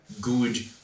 good